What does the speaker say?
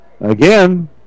again